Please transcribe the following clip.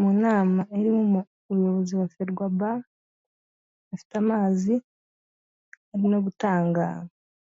Mu nama irimo umuyobozi wa FERWABA, afite amazi arimo no gutanga